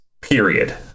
Period